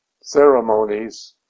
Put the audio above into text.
ceremonies